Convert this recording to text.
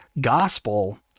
gospel